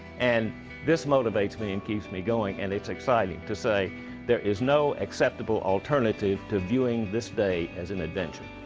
and this motivates me and keeps me going. and it's exciting to say there is no acceptable alternative to viewing this day as an adventure.